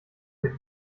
mit